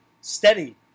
steady